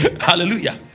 Hallelujah